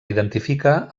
identifica